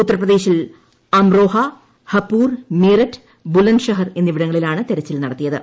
ഉത്തർപ്രദേശിൽ അംറോഹ ഹപൂർ മീററ്റ് ബുലന്ദ്ഷഹർ എന്നിവിടങ്ങളിലാണ് തെരച്ചിൽ നടത്തിയത്